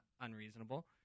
unreasonable